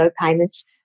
payments